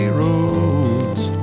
roads